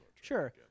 Sure